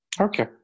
okay